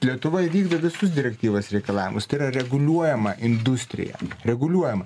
lietuvoj vykdo visus direktyvos reikalavimus tai yra reguliuojama industrija reguliuojama